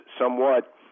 somewhat